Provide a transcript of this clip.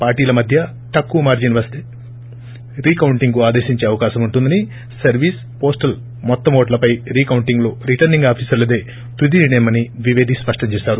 పార్టీల మధ్య తక్కువ మార్జిన్ వస్తే రీ కొంటింగ్కు ఆదేశించే అవకాశం ఉంటుందని సర్వీస్ పోస్టల్ మొత్తం ఓట్లపై రీ కొంటింగ్లో రిటర్నింగ్ ఆఫీసర్లదే తుది నిర్ణయమని ద్విపేది స్పష్టం చేశారు